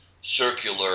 circular